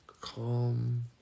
calm